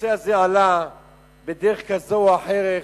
הנושא הזה עלה בדרך כזאת או אחרת,